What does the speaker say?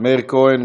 מאיר כהן,